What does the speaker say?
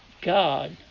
God